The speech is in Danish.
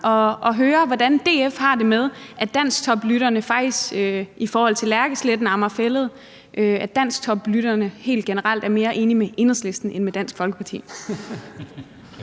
at høre, hvordan DF har det med, at dansktoplytterne i forhold til Lærkesletten på Amager Fælled faktisk helt generelt er mere enige med Enhedslisten end med Dansk Folkeparti.